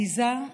הביזה,